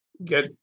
Get